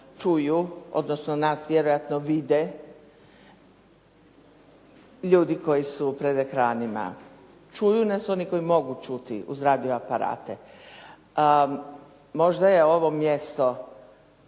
čuju odnosno nas vjerojatno vide ljudi koji su pred ekranima. Čuju nas oni koji mogu čuti uz radio aparate. Možda je ovo mjesto